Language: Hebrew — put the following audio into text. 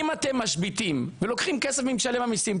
אם אתם משביתים ולוקחים כסף ממשלם המיסים,